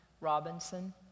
Robinson